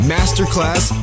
Masterclass